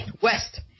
West